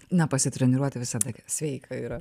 na pasitreniruoti visada sveika yra